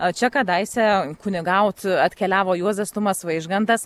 o čia kadaise kunigauti atkeliavo juozas tumas vaižgantas